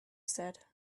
said